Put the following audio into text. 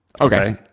Okay